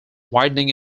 widening